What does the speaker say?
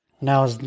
now